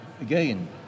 Again